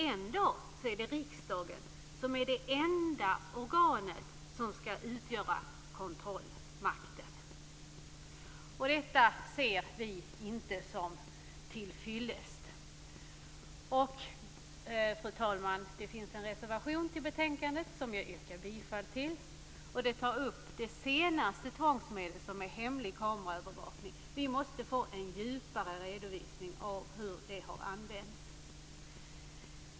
Ändå är det riksdagen som är det enda organ som ska utgöra kontrollmakt. Detta ser vi inte som tillfyllest. Det finns, fru talman, en reservation till betänkandet som jag yrkar bifall till. Den tar upp det senaste tvångsmedlet, som är hemlig kameraövervakning. Vi måste få en djupare redovisning av hur det har använts.